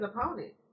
opponent